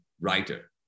writer